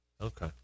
Okay